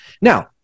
Now